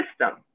system